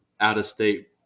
out-of-state